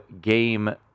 game